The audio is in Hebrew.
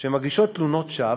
שמגישות תלונות שווא,